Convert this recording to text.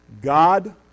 God